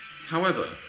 however,